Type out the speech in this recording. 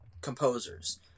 composers